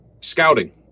scouting